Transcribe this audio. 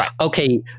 okay